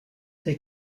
they